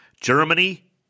Germany